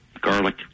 garlic